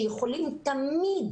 שיכולים תמיד